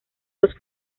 dos